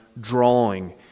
drawing